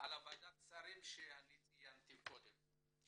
זו ועדת השרים שציינתי קודם.